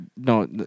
No